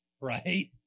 right